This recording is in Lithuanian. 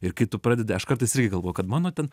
ir kai tu pradedi aš kartais irgi galvoju kad mano ten